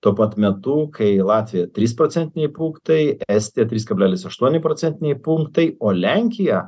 tuo pat metu kai latvija trys procentiniai punktai estija trys kablelis aštuoni procentiniai punktai o lenkija